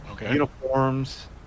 uniforms